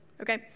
okay